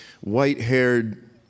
white-haired